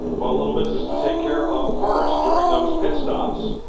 a little business to take care of first during those pit stops.